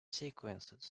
sequences